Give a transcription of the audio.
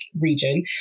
region